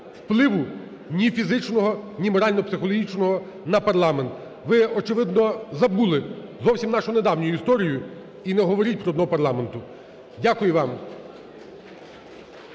впливу: ні фізичного, ні морально-психологічного – на парламент. Ви очевидно забули зовсім нашу недавню історію і не говоріть про дно парламенту. Дякую вам.